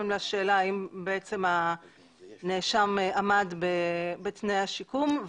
לשאלה האם הנאשם עמד בתנאי השיקום.